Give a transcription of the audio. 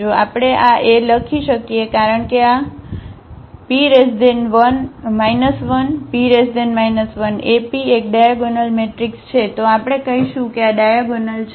જો આપણે આ A લખી શકીએ કારણ કે આ P 1P 1AP એક ડાયાગોનલ મેટ્રિક્સ છે તો આપણે કહીશું કે આ એ ડાયાગોનલ છે